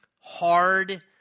hard